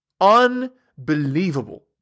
unbelievable